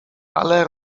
ale